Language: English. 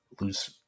lose